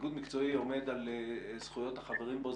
ואיגוד מקצועי עומד על זכויות החברים בו,